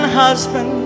husband